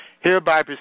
hereby